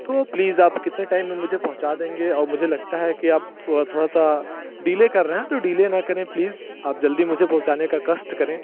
तो प्लीज़ आप कितने टाइम में मुझे पहुँचा देंगे और मुझे लगता है कि आप थोड़ा सा डिले कर रहें तो डिले न करें प्लीज़ आप जल्दी मुझे पहुँचाने का कष्ट करें